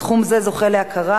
תחום זה זוכה להכרה,